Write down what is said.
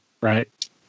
Right